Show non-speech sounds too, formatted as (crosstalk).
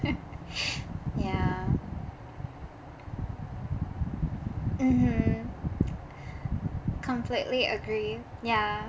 (laughs) yeah mmhmm completely agree ya